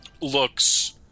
looks